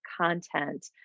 content